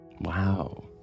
Wow